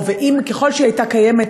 וככל שהיא הייתה קיימת,